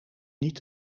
niet